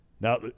Now